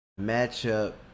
Matchup